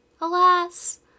Alas